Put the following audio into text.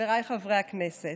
חבריי חברי הכנסת,